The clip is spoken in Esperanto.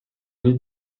oni